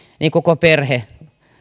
niin koko perhe